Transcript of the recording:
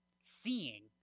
seeing